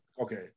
Okay